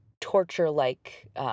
torture-like